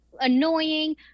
annoying